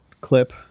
clip